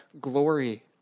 glory